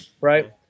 right